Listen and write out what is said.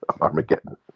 armageddon